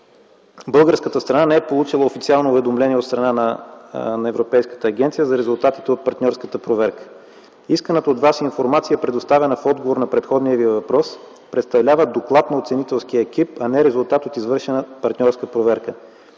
Българската страна не е получила официално уведомление от страна на Европейската агенция за резултатите от партньорската проверка. Исканата от Вас информация е предоставена в отговор на предходния Ви въпрос – представлява доклад на оценителския екип, а не резултат от извършена партньорска проверка.